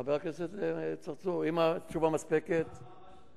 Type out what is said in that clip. חבר הכנסת צרצור, אם התשובה מספקת, מה שאתה מציע.